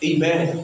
Amen